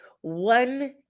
one